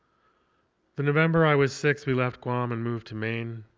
the november i was six, we left guam and moved to maine.